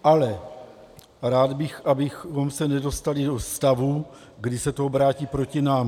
Ale rád bych, abychom se nedostali do stavu, kdy se to obrátí proti nám.